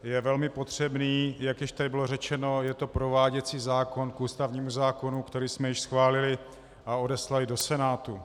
Je velmi potřebný, jak již tady bylo řečeno, je to prováděcí zákon k ústavnímu zákonu, který jsme již schválili a odeslali do Senátu.